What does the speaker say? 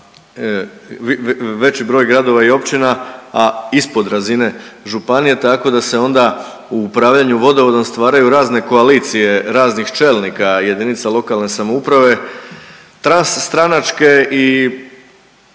veći broj gradova i općina, a ispod razine županije, tako da se onda u upravljanju vodovodom stvaraju razne koalicije raznih čelnika JLS tras stranačke i